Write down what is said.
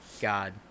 God